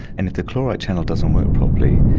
and if the chloride channel doesn't work properly,